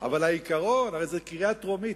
אבל העיקרון, הרי זאת קריאה טרומית.